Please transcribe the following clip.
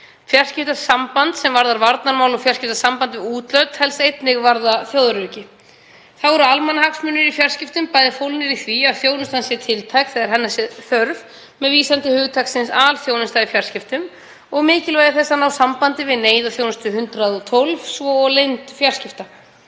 Fjarskiptasamband sem varðar varnarmál og fjarskiptasamband við útlönd telst einnig varða þjóðaröryggi. Þá eru almannahagsmunir í fjarskiptum bæði fólgnir í því að þjónustan sé tiltæk þegar hennar er þörf með vísan til hugtaksins alþjónustu í fjarskiptum og mikilvægi þess að ná sambandi við neyðarþjónustu 112, svo og leynd fjarskipta.